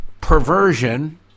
perversion